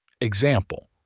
Example